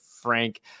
Frank